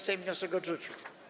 Sejm wniosek odrzucił.